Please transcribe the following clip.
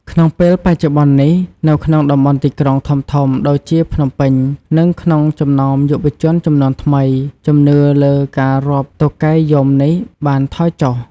ក្នុងពេលបច្ចុប្បន្ននេះ នៅក្នុងតំបន់ទីក្រុងធំៗដូចជាភ្នំពេញ និងក្នុងចំណោមយុវជនជំនាន់ថ្មី ជំនឿលើការរាប់តុកែយំនេះបានថយចុះ។